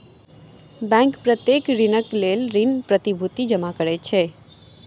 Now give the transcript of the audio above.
bank प्रत्येक ऋणक लेल ऋण प्रतिभूति जमा करैत अछि